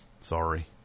sorry